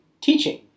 teaching